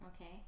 Okay